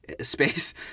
Space